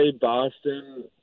Boston